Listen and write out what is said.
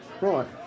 right